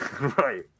right